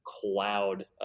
cloud